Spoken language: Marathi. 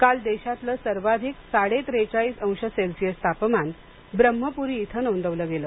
काल देशातलं सर्वाधिक साडे त्रेचाळिस अंश सेल्सीअस तापमान ब्रह्मपुरी इथं नोंदवलं गेलं